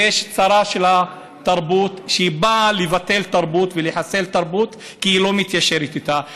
ויש שרה של התרבות שבאה לבטל תרבות ולחסל תרבות כי היא לא מתיישרת איתה.